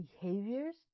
behaviors